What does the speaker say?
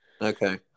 Okay